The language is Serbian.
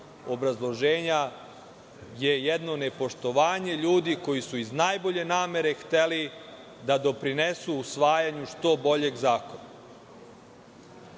obrazloženja, je jedno nepoštovanje ljudi koji su iz najbolje namere hteli da doprinesu usvajanju što boljeg zakona.I